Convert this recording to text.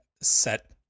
set